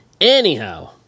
Anyhow